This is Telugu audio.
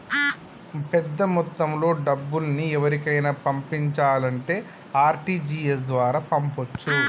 పెద్దమొత్తంలో డబ్బుల్ని ఎవరికైనా పంపించాలంటే ఆర్.టి.జి.ఎస్ ద్వారా పంపొచ్చు